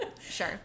sure